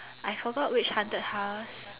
I forgot which haunted house